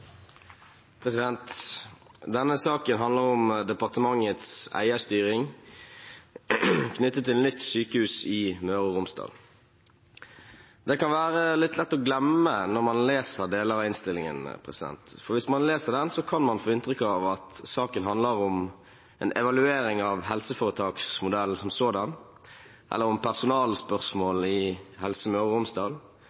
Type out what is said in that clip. det være litt lett å glemme når man leser deler av innstillingen, for hvis man leser den, kan man få inntrykk av at saken handler om en evaluering av helseforetaksmodellen som sådan, eller om personalspørsmål i Helse Møre og Romsdal,